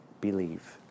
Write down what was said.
believe